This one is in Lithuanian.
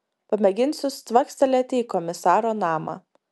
pamėginsiu cvaktelėti į komisaro namą